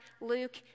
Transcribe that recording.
Luke